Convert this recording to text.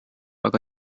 aga